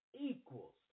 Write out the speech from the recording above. equals